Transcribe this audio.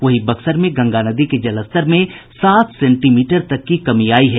वहीं बक्सर में गंगा नदी के जलस्तर में सात सेंटीमीटर तक की कमी आई है